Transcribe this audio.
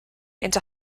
into